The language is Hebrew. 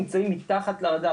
נמצאים מתחת לרדאר,